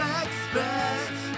expect